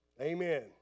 Amen